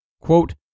Quote